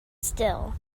still